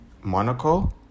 Monaco